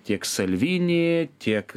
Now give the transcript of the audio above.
tiek salvini tiek